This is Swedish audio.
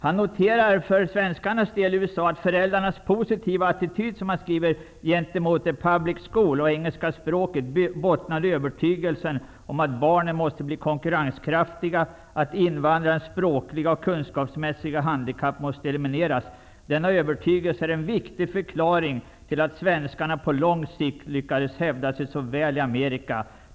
Han noterar för svenskarnas del följande: ''Föräldrarnas positiva attityd gentemot ''the public school' och engelska språket bottnade i övertygelsen om att barnen måste bli konkurrenskraftiga, att invandrarens språkliga och kunskapsmässiga handikapp måste elimineras. Denna övertygelse är en viktig förklaring till att svenskarna på lång sikt lyckades hävda sig så väl i Amerika.